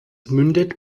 mündet